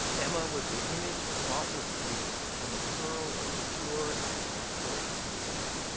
emma was the image of faultless beauty and the pearl of pure and natural innocence.